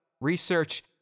Research